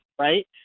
right